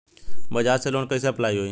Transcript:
बज़ाज़ से लोन कइसे अप्लाई होई?